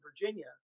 Virginia